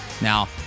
Now